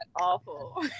Awful